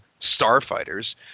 starfighters